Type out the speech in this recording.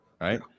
right